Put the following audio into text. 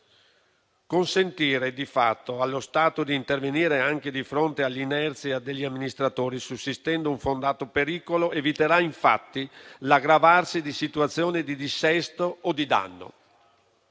Consentire di fatto allo Stato di intervenire anche di fronte all'inerzia degli amministratori, sussistendo un fondato pericolo, eviterà infatti l'aggravarsi di situazioni di dissesto o di danno.